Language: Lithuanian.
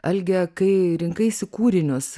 alge kai rinkaisi kūrinius